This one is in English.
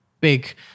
big